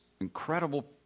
incredible